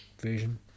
version